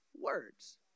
words